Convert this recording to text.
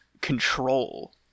control